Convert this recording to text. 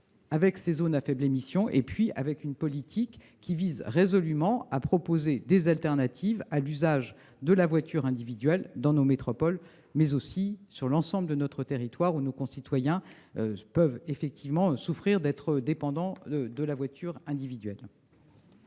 place ces zones à faibles émissions. Il faut mettre en oeuvre une politique visant résolument à proposer des alternatives à l'usage de la voiture individuelle, dans nos métropoles, mais aussi sur le reste de notre territoire, là où nos concitoyens peuvent souffrir d'être dépendants de la voiture individuelle.